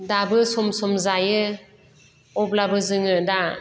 दाबो सम सम जायो अब्लाबो जोङो दा